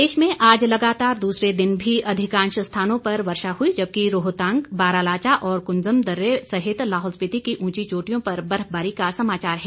मौसम प्रदेश में आज लगातार दूसरे दिन भी अधिकांश स्थानों पर वर्षा हुई जबकि रोहतांग बारालाचा और कुंजम दर्रे सहित लाहौल स्पीति और चंबा जिला की ऊंची चोटियों पर बर्फबारी का समाचार है